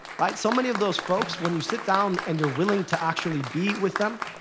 right, so many of those folks, when you sit down and you're willing to actually be with them,